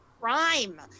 crime